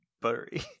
buttery